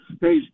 hey